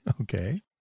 Okay